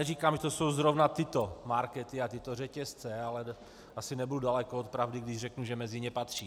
Neříkám, že to jsou zrovna tyto markety a tyto řetězce, ale asi nebudu daleko od pravdy, když řeknu, že mezi ně patří.